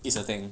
is a thing